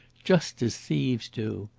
just as thieves do.